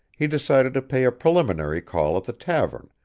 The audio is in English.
he decided to pay a preliminary call at the tavern,